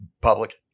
public